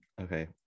okay